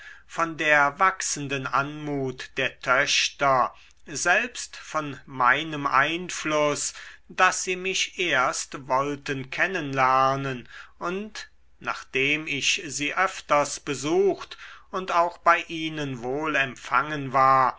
von der wachsenden anmut der töchter selbst von meinem einfluß daß sie mich erst wollten kennen lernen und nachdem ich sie öfters besucht und auch bei ihnen wohl empfangen war